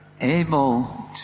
able